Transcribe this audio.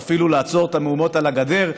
או אפילו לעצור את המהומות על הגדר,